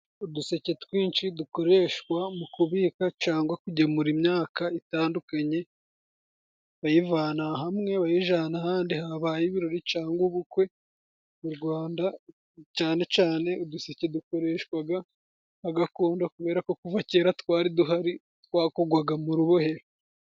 Uduseke twinshi dukoreshwa mu kubika cangwa kugemura imyaka itandukanye, bayivana hamwe bayijana ahandi habaye ibirori cangwa ubukwe, mu Rwanda cane cane uduseke dukoreshwaga nka gakondo, kubera ko kuva kera twari duhari twakogwaga mu rubohero.